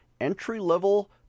entry-level